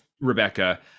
Rebecca